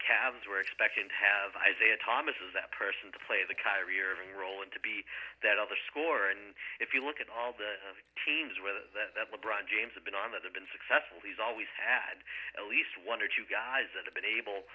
cavs were expecting to have isaiah thomas is a person to play the carrier of a role and to be that other score and if you look at all the teams where the le bron james has been on that they've been successful he's always had at least one or two guys that have been able